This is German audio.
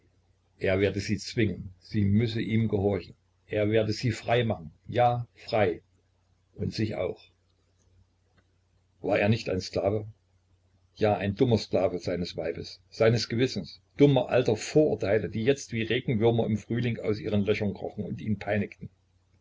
er werde sie zwingen sie müsse ihm gehorchen er werde sie frei machen ja frei und sich auch war er nicht ein sklave ja ein dummer sklave seines weibes seines gewissens dummer alter vorurteile die jetzt wie regenwürmer im frühling aus ihren löchern krochen und ihn peinigten